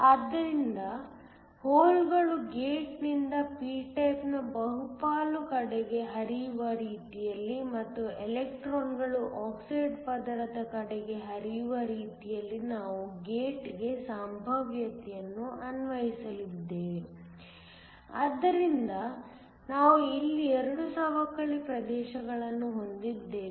ಆದ್ದರಿಂದ ಹೋಲ್ಗಳು ಗೇಟ್ನಿಂದ p ಟೈಪ್ನ ಬಹುಪಾಲು ಕಡೆಗೆ ಹರಿಯುವ ರೀತಿಯಲ್ಲಿ ಮತ್ತು ಎಲೆಕ್ಟ್ರಾನ್ಗಳು ಆಕ್ಸೈಡ್ ಪದರದ ಕಡೆಗೆ ಹರಿಯುವ ರೀತಿಯಲ್ಲಿ ನಾವು ಗೇಟ್ಗೆ ಸಂಭಾವ್ಯತೆಯನ್ನು ಅನ್ವಯಿಸಲಿದ್ದೇವೆ ಆದ್ದರಿಂದ ನಾವು ಇಲ್ಲಿ 2 ಸವಕಳಿ ಪ್ರದೇಶಗಳನ್ನು ಹೊಂದಿದ್ದೇವೆ